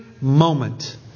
moment